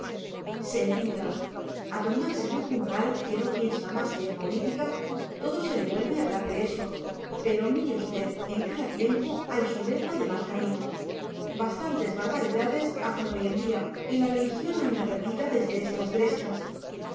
señorita a don máximo juncal que no piensa más que en política todo se le vuelve hablar de eso pero mire usted en cada tiempo hay su legua de mal camino bastantes barbaridades hacen hoy en día y la religión anda perdida desde estas grescas